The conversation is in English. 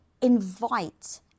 invite